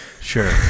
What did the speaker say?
sure